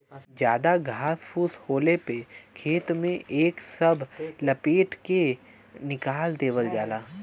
जादा घास फूस होले पे खेत में एके सब लपेट के निकाल देवल जाला